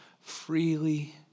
freely